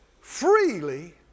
freely